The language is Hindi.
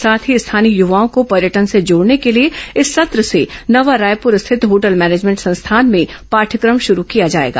साथ ही स्थानीय युवाओं को पर्यटन से जोड़ने के लिए इस सत्र से नवा रायपुर स्थित होटल मैनेजमेंट संस्थान में पाठ्यक्रम शुरू किया जाएगा